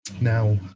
Now